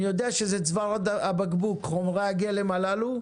אני יודע שזה צוואר הבקבוק, חומרי הגלם הללו,